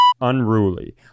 unruly